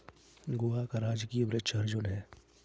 गोवा का राजकीय वृक्ष अर्जुन है